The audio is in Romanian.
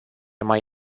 mai